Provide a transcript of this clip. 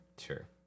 Sure